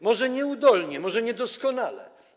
Może nieudolnie, może niedoskonale.